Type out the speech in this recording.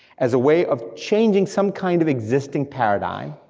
as a way of changing some kind of existing paradigm,